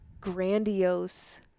grandiose